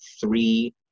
three